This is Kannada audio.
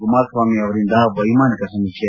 ಕುಮಾರಸ್ವಾಮಿ ಅವರಿಂದ ವೈಮಾನಿಕ ಸಮೀಕ್ಷೆ